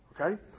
Okay